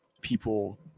people